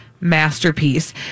masterpiece